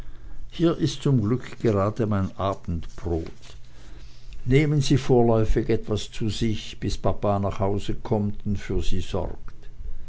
hier ist zum glück gerade mein abendbrot nehmen sie vorläufig etwas zu sich bis papa nach haus kommt und für sie sorgt